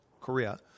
Korea